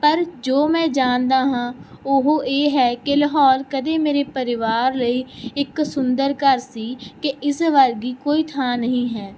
ਪਰ ਜੋ ਮੈਂ ਜਾਣਦਾ ਹਾਂ ਉਹ ਇਹ ਹੈ ਕਿ ਲਾਹੌਰ ਕਦੇ ਮੇਰੇ ਪਰਿਵਾਰ ਲਈ ਇੱਕ ਸੁੰਦਰ ਘਰ ਸੀ ਕਿ ਇਸ ਵਰਗੀ ਕੋਈ ਥਾਂ ਨਹੀਂ ਹੈ